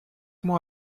mois